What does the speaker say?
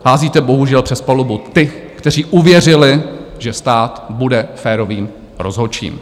Házíte bohužel přes palubu ty, kteří uvěřili, že stát bude férovým rozhodčím.